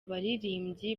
baririmbyi